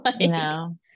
no